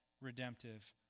redemptive